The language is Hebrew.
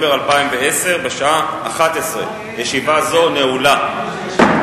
ראשונה, ותעבור לוועדת חוץ וביטחון.